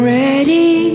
ready